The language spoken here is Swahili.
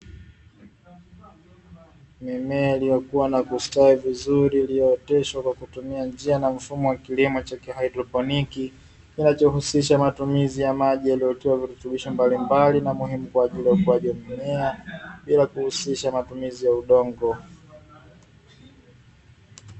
Mimea iliyokua na kustawi vizuri iliyooteshwa kwa kutumia njia na mfumo wa kilimo cha kihaidroponi, kinachohusisha matumizi ya maji yaliyotiwa virutubisho mbalimbali na muhimu kwa ajili ya ukuaji wa mimea bila kuhusisha matumizi ya udongo.